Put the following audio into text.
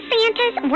Santa's